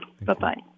Bye-bye